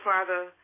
Father